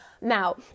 Now